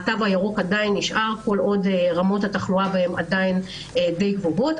התו הירוק עדיין נשאר כל עוד רמות התחלואה בהן די גבוהות,